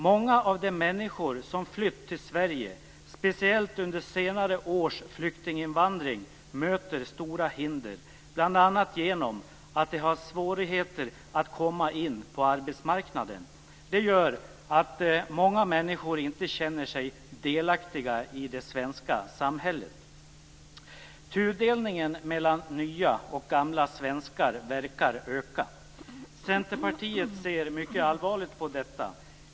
Många av de människor som flytt till Sverige, speciellt under senare års flyktinginvandring, möter stora hinder, bl.a. genom att de har svårigheter att komma in på arbetsmarknaden. Det gör att många människor inte känner sig delaktiga i det svenska samhället. Tudelningen mellan nya och gamla svenskar verkar öka. Centerpartiet ser mycket allvarligt på detta.